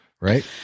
Right